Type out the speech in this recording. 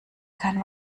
kein